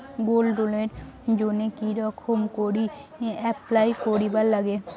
Gold লোনের জইন্যে কি রকম করি অ্যাপ্লাই করিবার লাগে?